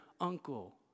uncle